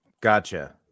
Gotcha